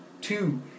Two